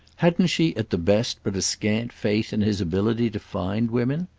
hadn't she at the best but a scant faith in his ability to find women?